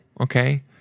okay